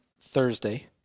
Thursday